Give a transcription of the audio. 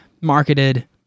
marketed